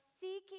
seeking